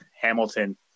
Hamilton